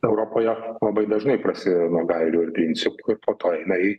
europoje labai dažnai prasideda nuo gairių ir principų ir po to jinai